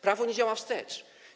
Prawo nie działa wstecz.